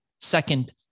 Second